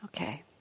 Okay